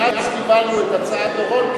כי אז קיבלנו את הצעת אורון,